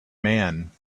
man